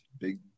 big